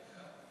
מה קרה?